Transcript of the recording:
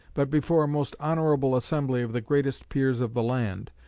but before a most honourable assembly of the greatest peers of the land,